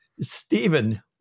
Stephen